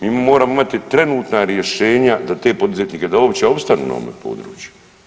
Mi moramo imati trenutna rješenja da te poduzetnike, da uopće opstanu na ovome području.